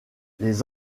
les